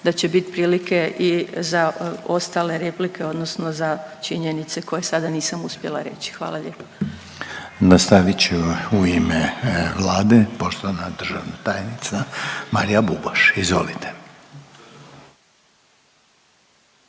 da će bit prilike i za ostale replike, odnosno za činjenice koje sada nisam uspjela reći. Hvala lijepa. **Reiner, Željko (HDZ)** Nastavit će u ime Vlade poštovana državna tajnica Marija Bubaš. Izvolite.